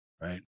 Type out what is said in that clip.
Right